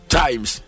times